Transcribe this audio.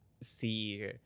see